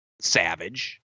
Savage